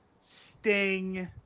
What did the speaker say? Sting